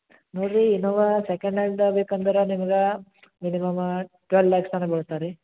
ನೋಡಿರಿ Innova second ಹ್ಯಾಂಡ್ದು ಬೇಕೆಂದ್ರೆ ನಿಮಗೆ ಮಿನಿಮಮ್ಮಾ ಟ್ವೆಲ್ ಲ್ಯಾಕ್ಸ್ ತನಕ ಬೀಳ್ತವೆ ರೀ